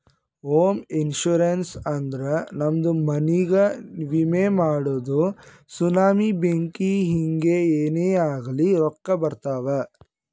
ಹೋಮ ಇನ್ಸೂರೆನ್ಸ್ ಅಂದುರ್ ನಮ್ದು ಮನಿಗ್ಗ ವಿಮೆ ಮಾಡದು ಸುನಾಮಿ, ಬೆಂಕಿ ಹಿಂಗೆ ಏನೇ ಆಗ್ಲಿ ರೊಕ್ಕಾ ಬರ್ತಾವ್